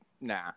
nah